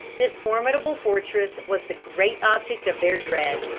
this formidable fortress was the great object of their dread.